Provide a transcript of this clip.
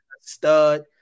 stud